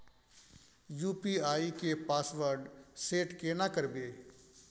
UPI के password set केना करबे?